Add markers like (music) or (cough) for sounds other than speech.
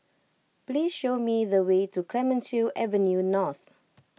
please show me the way to Clemenceau Avenue North (noise)